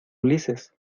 ulises